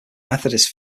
methodist